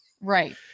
Right